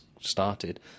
started